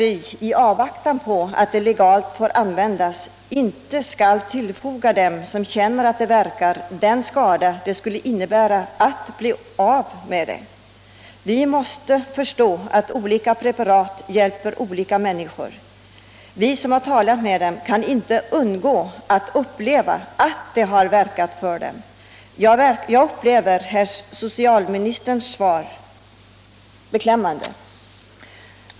I avvaktan på att det legalt får användas skall vi inte tillfoga dem som känner att preparatet verkar den skada det skulle innebära att bli av med det. Vi måste förstå att olika preparat hjälper olika människor. Vi som har talat med dessa personer kan inte undgå att uppleva att THX hjälper dem. Jag finner därför herr socialministerns svar beklämmande.